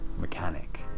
mechanic